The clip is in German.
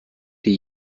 die